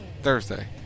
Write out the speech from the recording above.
Thursday